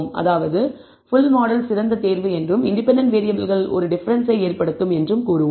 அதாவது full model சிறந்த தேர்வு என்றும் இண்டிபெண்டன்ட் வேறியபிள்கள் ஒரு டிஃபரன்ஸ்ஸை ஏற்படுத்தும் என்றும் கூறுவோம்